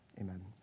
amen